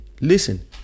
listen